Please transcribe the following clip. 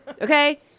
okay